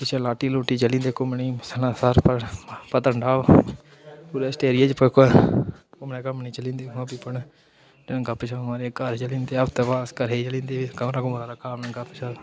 पिच्छें लाटी लूटी चली ने घुम्मने ई सनासर होर पत्नीटाप कुतै फारैस्ट एरिये च घुम्मने घाम्मने ई चली जंदे उत्थुआं अपने दोस्तें ने गपशप मारी घर चली जंदे हफ्ते बाद अस घरै ई चली जंदे कमरा कुमरा रक्खे दा अपने गपशप